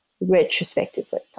retrospectively